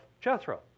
Jethro